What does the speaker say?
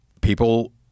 people